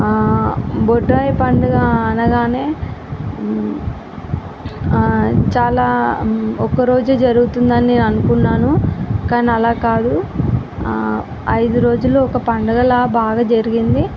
బొడ్రాయి పండగ అనగానే చాలా ఒకరోజు జరుగుతుంది అని నేను అనుకున్నాను కానీ అలా కాదు ఐదు రోజులు ఒక పండగలా బాగా జరిగింది